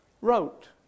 wrote